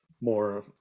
more